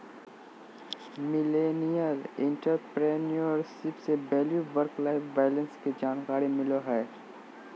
millennial entrepreneurship से value work life balance के जानकारी मिलो हय